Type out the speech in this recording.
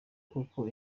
kuko